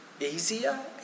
easier